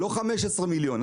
לא 15 מיליון.